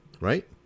Right